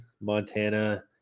Montana